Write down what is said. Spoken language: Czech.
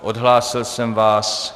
Odhlásil jsem vás.